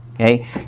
Okay